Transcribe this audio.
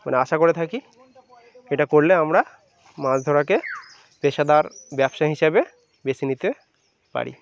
মানে আশা করে থাকি এটা করলে আমরা মাছ ধরাকে পেশাদার ব্যবসা হিসাবে বেছে নিতে পারি